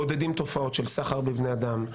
מעודדים תופעות של סחר בבני אדם,